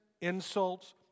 insults